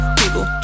people